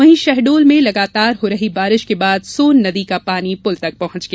वहीं शहडोल में लगातार हो रही बारिश के बाद सोन नदी का पानी पुल तक पहुंच गया